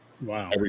Wow